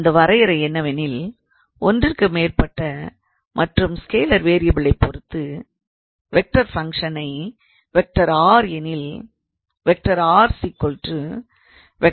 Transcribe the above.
அந்த வரையறை என்னவெனில் ஒன்றிற்கு மேற்பட்ட மற்றும் ஸ்கேலார் வேரியபில்லை பொறுத்து வெக்டார் ஃபங்க்ஷன் 𝑟⃗ எனில் 𝑟⃗ 𝑓⃗𝑥 𝑦 𝑧 என்க